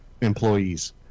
employees